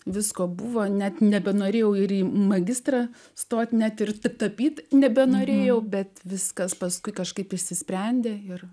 visko buvo net nebenorėjau ir į magistrą stoti net ir t tapyti nebenorėjau bet viskas paskui kažkaip išsisprendė ir